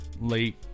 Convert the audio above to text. late